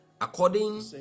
according